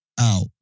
out